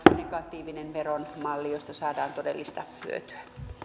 ja negatiivisen veron malli joista saadaan todellista hyötyä